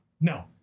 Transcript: No